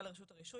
לרשות הרישוי,